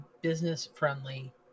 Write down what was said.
business-friendly